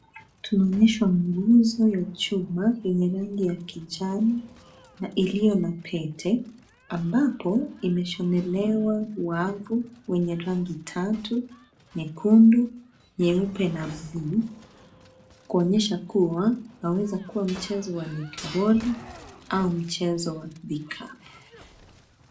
Tunaonyeshwa nguzo ya chuma yenye rangi ya kijani na iliyo na pete ambapo imeshonelewa wavu wenye rangi tatu; nyekundu, nyeupe na bluu, kuonyesha kuwa waweza kuwa mchezo wa netiboli au mchezo wa vikapu.